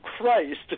Christ